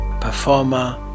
performer